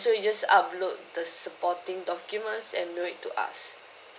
so you just upload the supporting documents and email it to us